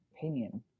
opinion